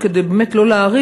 ההתאחדות, כדי באמת שלא להאריך,